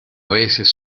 veces